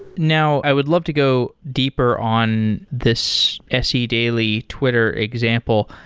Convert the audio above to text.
now, i would love to go deeper on this se daily twitter example,